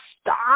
stop